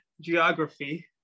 geography